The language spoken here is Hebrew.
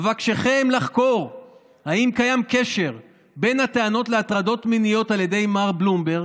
אבקשכם לחקור אם קיים קשר בין הטענות להטרדות מיניות על ידי מר בלומברג